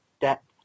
depth